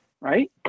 right